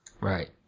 Right